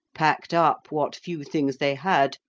packed up what few things they had,